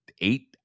eight